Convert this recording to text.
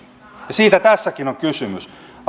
siitä tässäkin on kysymys